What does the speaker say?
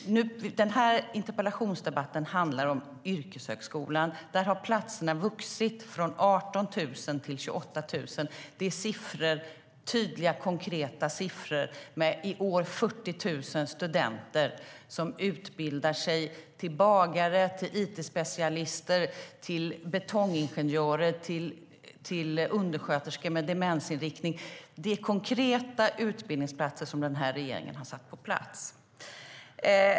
Den här interpellationsdebatten handlar om yrkeshögskolan. Där har antalet platser ökat från 18 000 till 28 000. Det är tydliga, konkreta siffror. I år är det 40 000 studenter som utbildar sig till bagare, it-specialister, betongingenjörer och undersköterskor med demensinriktning. Det är konkreta utbildningsplatser som den här regeringen har satt på plats.